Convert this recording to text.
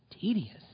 tedious